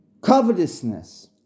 Covetousness